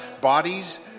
Bodies